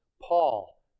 Paul